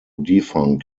defunct